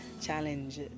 challenge